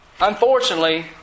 Unfortunately